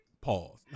Pause